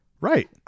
Right